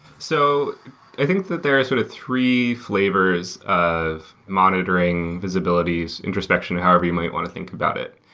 so i think that there are sort of three flavors of monitoring visibilities introspection to however you might want to think about it.